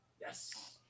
Yes